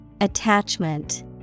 Attachment